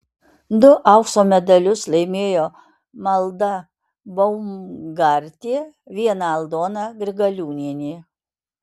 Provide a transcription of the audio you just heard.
du aukso medalius laimėjo malda baumgartė vieną aldona grigaliūnienė